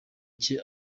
cye